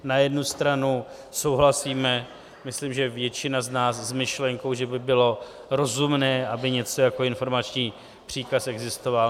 Na jednu stranu souhlasíme, myslím že většina z nás, s myšlenkou, že by bylo rozumné, aby něco jako informační příkaz existovalo.